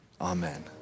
amen